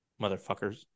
motherfuckers